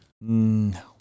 No